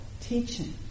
teaching